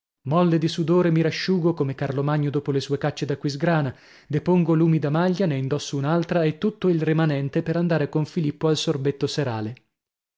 molle di sudore mi rasciugo come carlomagno dopo le sue cacce d'aquisgrana depongo l'umida maglia ne indosso un'altra e tutto il rimanente per andare con filippo al sorbetto serale